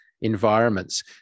environments